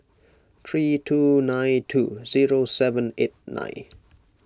three two nine two zero seven eight nine